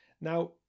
Now